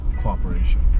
cooperation